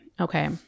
okay